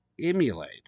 emulate